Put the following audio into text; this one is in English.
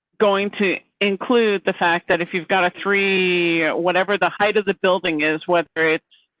going to include the fact that if you've got a three, whatever the height of the building is, whether it's.